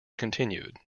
continued